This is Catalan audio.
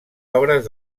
obres